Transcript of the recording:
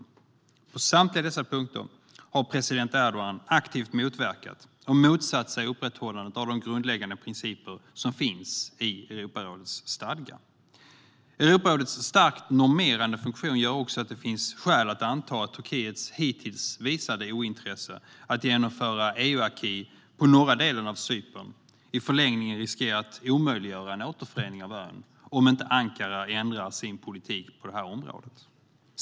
På samtliga dessa punkter har president Erdogan aktivt motverkat och motsatt sig upprätthållandet av de grundläggande principer som finns i Europarådets stadga. Europarådets starkt normerande funktion gör också att det finns starka skäl att anta att Turkiets hittills visade ointresse för att genomföra EU-acquis på norra delen av Cypern i förlängningen riskerar att omöjliggöra en återförening av ön om inte Ankara ändrar sin politik på det här området.